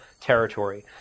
territory